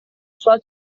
suore